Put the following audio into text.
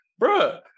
bruh